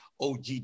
OG